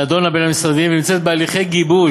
נדונה בין המשרדים ונמצאת בהליכי גיבוש.